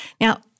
Now